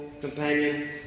companion